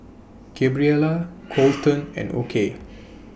Gabriella Coleton and Okey